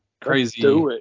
Crazy